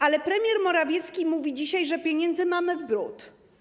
Ale premier Morawiecki mówi dzisiaj, że pieniędzy mamy w bród.